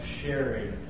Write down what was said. sharing